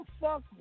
fuck